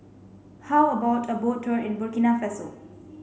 how about a boat tour in Burkina Faso